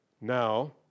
Now